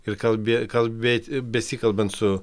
ir kalbė kalbėt besikalbant su